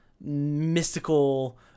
mystical